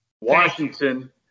Washington